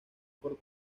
por